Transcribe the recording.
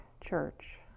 church